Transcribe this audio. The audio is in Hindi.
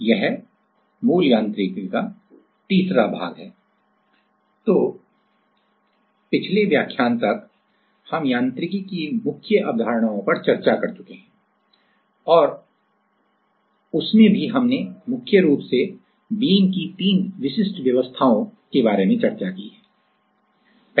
तो अंतिम व्याख्यान तक हम यांत्रिकी की मुख्य अवधारणाओं पर चर्चा कर चुके हैं और उसने भी हमने मुख्य रूप से बीम की तीन विशिष्ट व्यवस्थाओं के बारे में चर्चा की है